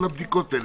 כל הבדיקות האלה,